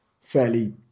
fairly